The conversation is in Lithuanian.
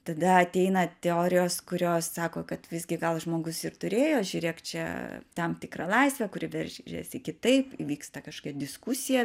tada ateina teorijos kurios sako kad visgi gal žmogus ir turėjo žiūrėk čia tam tikrą laisvę kuri veržiasi kitaip įvyksta kažkokia diskusija